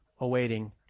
awaiting